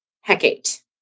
Hecate